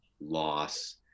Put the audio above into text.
loss